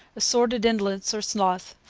a sordid indolence or sloth,